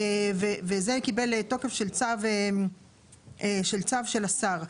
וזה קיבל תוקף של צו של השר.